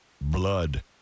blood